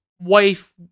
wife